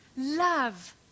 love